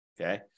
Okay